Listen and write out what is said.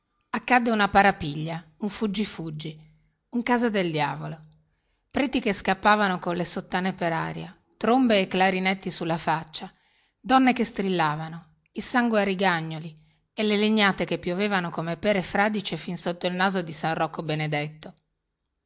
accadde una parapiglia un fuggi fuggi un casa del diavolo preti che scappavano colle sottane per aria trombe e clarinetti sulla faccia donne che strillavano il sangue a rigagnoli e le legnate che piovevano come pere fradicie fin sotto il naso di san rocco benedetto